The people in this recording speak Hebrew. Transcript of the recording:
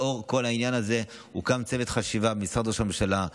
לאור כל העניין הזה הוקם צוות חשיבה במשרד ראש הממשלה.